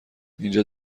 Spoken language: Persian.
اینجا